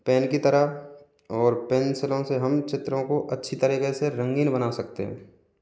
pen की तरह और पेंसिलों से हम चित्रों को अच्छी तरीके से रंगीन बना सकते हैं